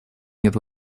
нет